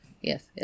Yes